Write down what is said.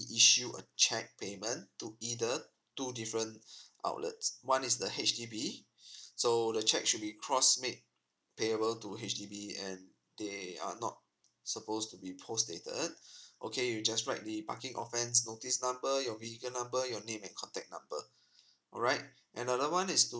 issue a cheque payment to either two different outlets one is the H_D_B so the cheque should be cross made payable to H_D_B and they are not supposed to be post dated okay you just write the parking offence notice number your vehicle number your name and contact number alright another one is to